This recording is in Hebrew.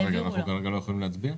אז אנחנו כרגע לא יכולים להצביע?